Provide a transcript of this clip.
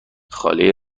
خاله